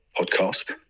podcast